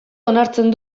onartzen